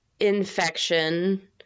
Infection